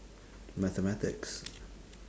mathematics